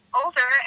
older